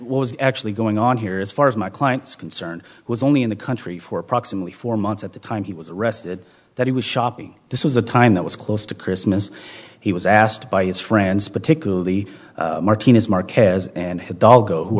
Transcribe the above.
demonstrates was actually going on here as far as my client's concern was only in the country for approximately four months at the time he was arrested that he was shopping this was a time that was close to christmas he was asked by his friends particularly martinez marquez and